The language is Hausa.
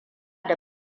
da